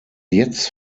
jetzt